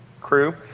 crew